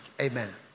amen